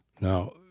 Now